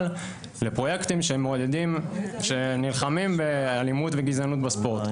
לפרויקטים שנלחמים באלימות וגזענות בספורט.